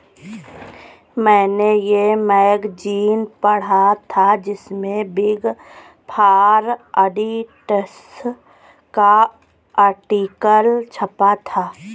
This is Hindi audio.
मेने ये मैगज़ीन पढ़ा था जिसमे बिग फॉर ऑडिटर्स का आर्टिकल छपा था